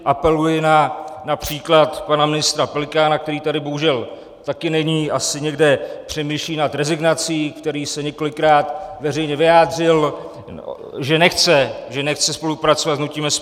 Apeluji na příklad pana ministra Pelikána, který tady bohužel taky není, asi někde přemýšlí nad rezignací, který se několikrát veřejně vyjádřil, že nechce spolupracovat s hnutím SPD.